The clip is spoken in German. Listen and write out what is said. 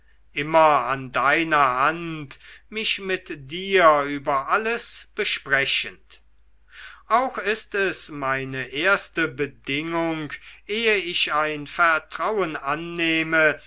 immer an deiner hand mich mit dir über alles besprechend auch ist es meine erste bedingung ehe ich ein vertrauen annehme